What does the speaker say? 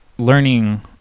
learning